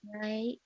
Right